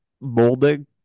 molding